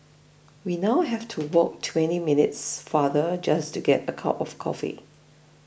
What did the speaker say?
we now have to walk twenty minutes farther just to get a cup of coffee